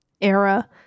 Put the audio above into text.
era